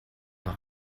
noch